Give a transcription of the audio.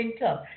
income